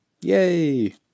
Yay